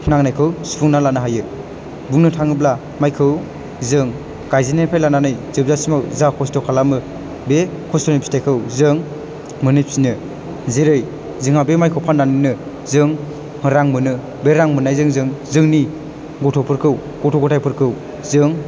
नांनायखौ सुफुंना लानो हायो बुंनो थाङोब्ला माइखौ जों गायजेननायनिफ्राय लानानै जोबजासिमआव जा खस्थ' खालामो बे खस्थ'नि फिथाइखौ जों मोनहैफिनो जेरै जोंहा बे माइखौ फाननानैनो जों रां मोनो बे रां मोननायजों जों जोंनि गथ'फोरखौ गथ' गथायफोरखौ जों